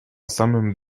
samym